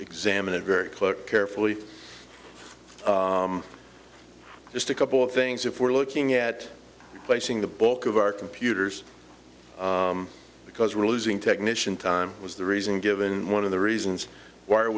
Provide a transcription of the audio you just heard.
examine it very closely carefully just a couple of things if we're looking at placing the bulk of our computers because we're losing technician time was the reason given one of the reasons why are